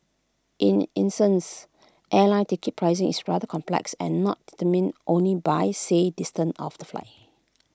in essence airline ticket pricing is rather complex and not determined only by say distance of the flight